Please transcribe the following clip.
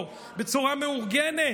הם קיבלו אותו בצורה מאורגנת.